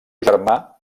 germà